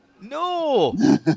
No